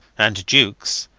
and jukes,